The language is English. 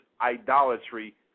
idolatry